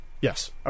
Yes